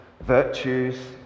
virtues